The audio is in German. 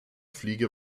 fliege